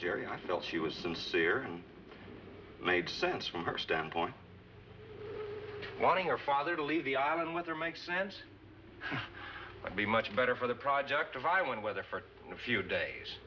jerry i felt she was sincere made sense from her standpoint flying your father to leave the island weather makes sense i'd be much better for the project a violent weather for a few days